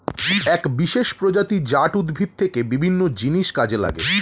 এক বিশেষ প্রজাতি জাট উদ্ভিদ থেকে বিভিন্ন জিনিস কাজে লাগে